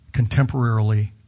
contemporarily